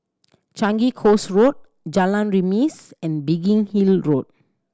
Changi Coast Road Jalan Remis and Biggin Hill Road